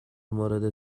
مورد